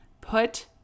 put